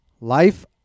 Life